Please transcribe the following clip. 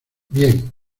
bien